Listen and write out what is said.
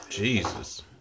Jesus